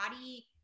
body